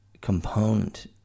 component